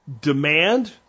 demand